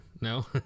No